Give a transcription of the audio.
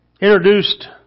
introduced